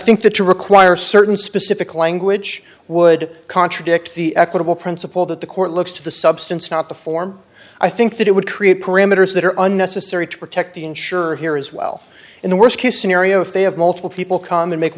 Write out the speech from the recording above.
think that to require certain specific language would contradict the equitable principle that the court looks to the substance not the form i think that it would create parameters that are unnecessary to protect the insurer here as well in the worst case scenario if they have multiple people come and make